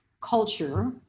culture